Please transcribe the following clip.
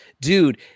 dude